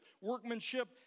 Workmanship